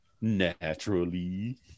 naturally